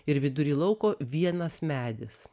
ir vidury lauko vienas medis